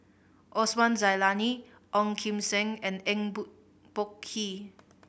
Osman Zailani Ong Kim Seng and Eng Boh Kee